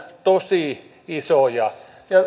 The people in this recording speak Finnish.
tosi isoja